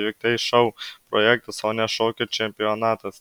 juk tai šou projektas o ne šokių čempionatas